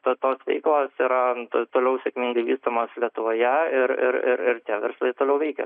bet tos veiklos yra toliau sėkmingai vystomos lietuvoje ir tie verslai toliau veikia